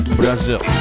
brazil